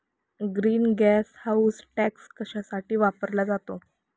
Green gas house tax कशासाठी वापरला जातो?